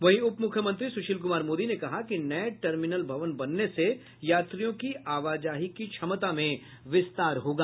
वहीं उप मुख्यमंत्री सुशील कुमार मोदी ने कहा कि नये टर्मिनल भवन बनने से यात्रियों की आवाजाही की क्षमता में विस्तार होगा